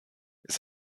ist